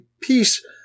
Peace